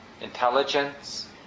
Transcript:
intelligence